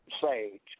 Sage